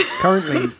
currently